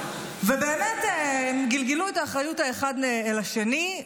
באמת, גלגלו את האחריות האחד אל השני.